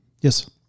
Yes